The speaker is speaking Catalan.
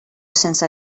sense